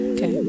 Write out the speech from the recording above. Okay